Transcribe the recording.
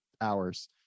hours